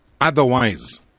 otherwise